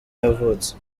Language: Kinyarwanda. yavutse